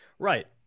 Right